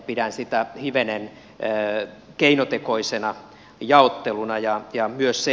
pidän sitä hivenen keinotekoisena jaotteluna